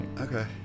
okay